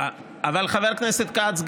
אבל חבר הכנסת כץ,